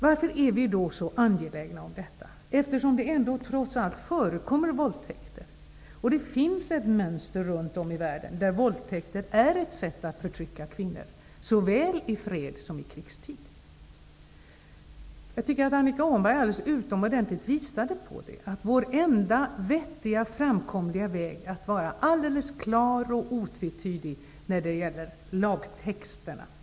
Varför är vi så angelägna om detta, eftersom det ändå trots allt förekommer våldtäkter? Det finns ett mönster runt om i världen, där våldtäkt är ett sätt att förtrycka kvinnor såväl i fred som i krig. Jag tycker att Annika Åhnberg utomordentligt visade på att vår enda vettiga, framkomliga väg är att vara alldeles klar och otvetydig när det gäller lagtexten.